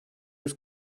yüz